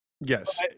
yes